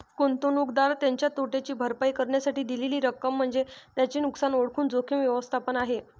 गुंतवणूकदार त्याच्या तोट्याची भरपाई करण्यासाठी दिलेली रक्कम म्हणजे त्याचे नुकसान ओळखून जोखीम व्यवस्थापन आहे